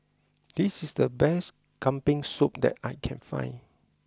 this is the best Kambing Soup that I can find